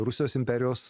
rusijos imperijos